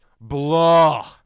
Blah